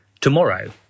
tomorrow